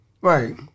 Right